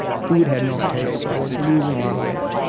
food had no taste. so i was losing a lot of weight.